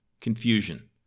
confusion